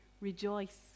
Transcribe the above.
Rejoice